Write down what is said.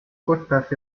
costas